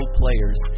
players